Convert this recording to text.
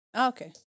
Okay